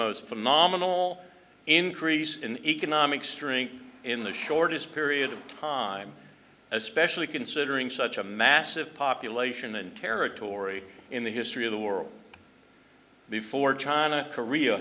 most phenomenal increase in economic strength in the shortest period of time especially considering such a massive population and territory in the history of the world before china korea